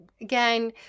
again